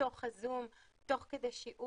בתוך הזום, תוך כדי שיעור.